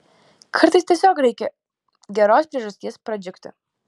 kartais tiesiog reikia geros priežasties pradžiugti